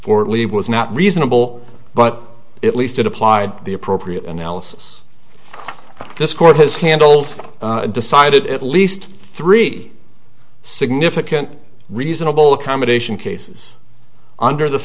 for leave was not reasonable but at least it applied the appropriate analysis this court has handled decided at least three significant reasonable accommodation cases under the